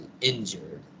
injured